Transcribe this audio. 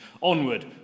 Onward